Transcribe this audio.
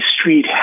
Street